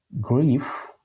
Grief